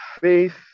faith